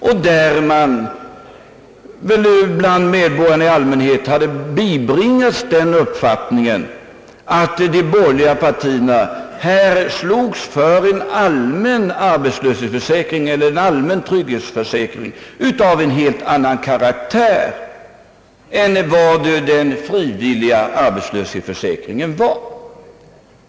Därvid hade väl medborgarna i allmänhet bibringats den uppfattningen, att de borgerliga partierna slogs för en allmän arbetslöshetsförsäkring eller allmän trygghetsförsäkring av en helt annan karaktär än den som den frivilliga arbetslöshetsförsäkringen hade.